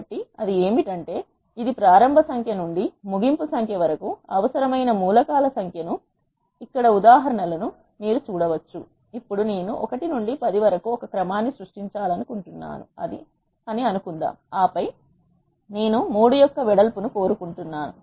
కాబట్టి అది ఏమిటంటే ఇది ప్రారంభ సంఖ్య నుండి ముగింపు సంఖ్య వరకు అవసరమైన మూల కాల సంఖ్య ను మీరు ఇక్కడ ఉదాహరణ లను చూడవచ్చు ఇప్పుడు నేను 1 నుండి 10 వరకు ఒక క్రమాన్ని సృష్టించాలనుకుంటున్నాను అని అనుకుందాం ఆపై నేను 3 యొక్క వెడల్పు ను కోరుకుంటున్నాను